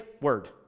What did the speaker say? word